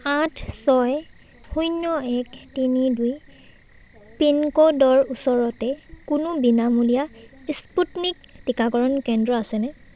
আঠ ছয় শূন্য এক তিনি দুই পিনক'ডৰ ওচৰতে কোনো বিনামূলীয়া স্পুটনিক টিকাকৰণ কেন্দ্ৰ আছেনে